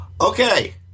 Okay